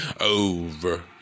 over